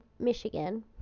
Michigan